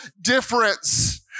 difference